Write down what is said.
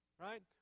Right